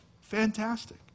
fantastic